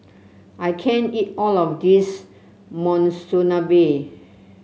I can't eat all of this Monsunabe